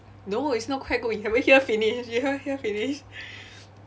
no it's not quite good you haven't hear finish you haven't hear finish